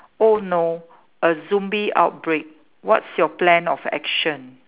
oh no a zombie outbreak what's your plan of action